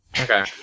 Okay